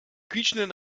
quietschenden